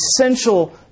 essential